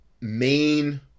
main